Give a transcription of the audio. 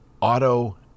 auto